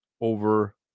over